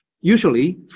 usually